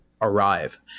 arrive